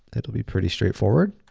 that will be pretty straightforward.